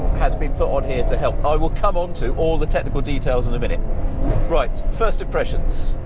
has been put on here to help. i will come onto all the technical details in a minute. right, first impressions,